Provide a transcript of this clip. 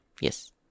Yes